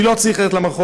מי לא צריך ללכת למכון.